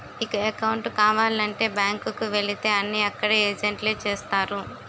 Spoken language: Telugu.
ఇక అకౌంటు కావాలంటే బ్యాంకు కు వెళితే అన్నీ అక్కడ ఏజెంట్లే చేస్తారు